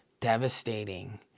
devastating